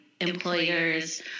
employer's